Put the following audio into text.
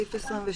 סעיף 22,